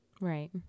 Right